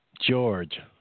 George